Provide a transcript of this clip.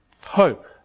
hope